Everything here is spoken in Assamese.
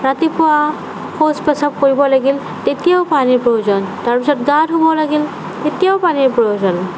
ৰাতিপুৱা শৌচ পেচাব কৰিব লাগিল তেতিয়াও পানীৰ প্ৰয়োজন তাৰপিছত গা ধুব লাগিল তেতিয়াও পানীৰ প্ৰয়োজন